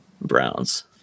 Browns